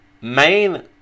main